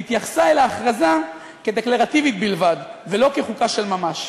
והתייחסה אל ההכרזה כדקלרטיבית בלבד ולא כחוקה של ממש.